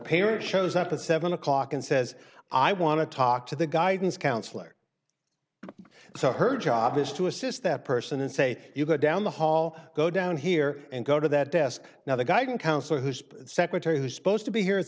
parent shows up at seven o'clock and says i want to talk to the guidance counselor so her job is to assist that person and say you go down the hall go down here and go to that desk now the guidance counselor who's been secretary who's supposed to be here at